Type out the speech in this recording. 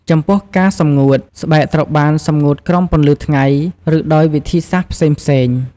ចំពោះការសម្ងួត ស្បែកត្រូវបានសម្ងួតក្រោមពន្លឺថ្ងៃ ឬដោយវិធីសាស្ត្រផ្សេងៗ។